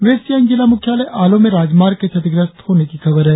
waste Siang जिला मुख्यालय आलो में राजमार्ग के क्षतिग्रस्त होने की खबर है